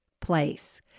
place